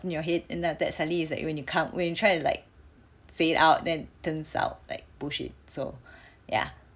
in your head then after that suddenly is like you when you come when you try to like say it out then it turns out like bullshit so ya